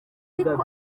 ariko